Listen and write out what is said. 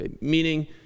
Meaning